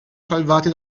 salvati